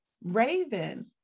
Raven